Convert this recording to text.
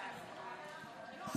2 נתקבלו.